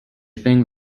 thing